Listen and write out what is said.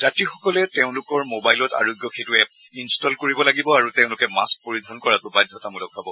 যাত্ৰীসকলে তেওঁলোকৰ ম'বাইলত আৰোগ্য সেতু এপ' ইনষ্টল কৰিব লাগিব আৰু তেওঁলোকে মাস্থ পৰিধান কৰাটো বাধ্যতামূলক হ'ব